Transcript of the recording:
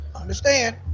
understand